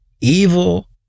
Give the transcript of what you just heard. evil